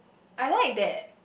I like that